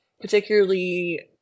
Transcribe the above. particularly